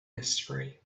mystery